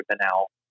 banal